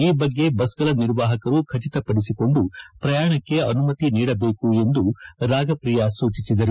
ಈ ಬಗ್ಗೆ ಬಸ್ಗಳ ನಿರ್ವಾಹಕರು ಖಚಿತಪಡಿಸಿಕೊಂಡು ಪ್ರಯಾಣಕ್ಕೆ ಅನುಮತಿ ನೀಡಬೇಕು ಎಂದು ರಾಗಪ್ರಿಯಾ ಸೂಚಿಸಿದರು